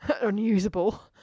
unusable